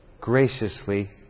graciously